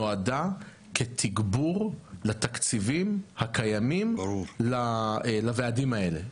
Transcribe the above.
נועדה כתגבור לתקציבים הקיימים לוועדים האלה.